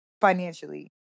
financially